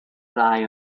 ddau